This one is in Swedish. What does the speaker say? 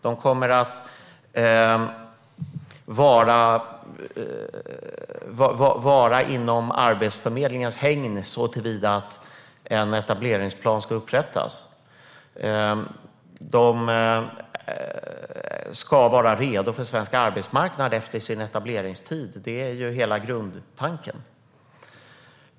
De kommer att finnas inom Arbetsförmedlingens hägn såtillvida att en etableringsplan ska upprättas. Grundtanken är att de ska vara redo för svensk arbetsmarknad efter etableringstiden.